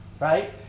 Right